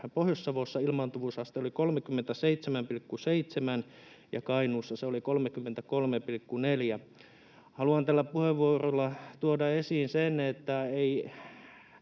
— ilmaantuvuusaste oli 37,7 ja Kainuussa se oli 33,4. Haluan tällä puheenvuorolla tuoda esiin sen, että ei